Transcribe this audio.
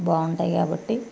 బాగుంటాయి కాబట్టి